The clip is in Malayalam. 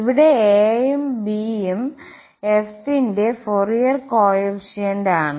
ഇവിടെ a യും b യും f ന്റെ ഫോറിയർ കോഎഫിഷ്യന്റ് ആണ്